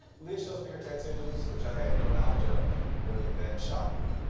leah shows me her tattoos, which i had no knowledge of. really, that shocked me.